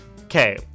Okay